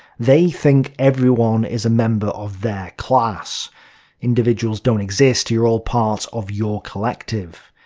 they think everyone is a member of their class individuals don't exist, you're all part of your collective.